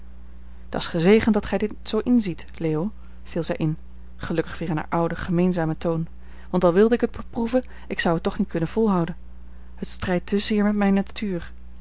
dat's gezegend dat gij dit zoo inziet leo viel zij in gelukkig weer in haar ouden gemeenzamen toon want al wilde ik het beproeven ik zou het toch niet kunnen volhouden het strijdt te zeer met mijne natuur